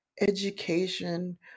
education